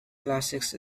classics